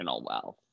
wealth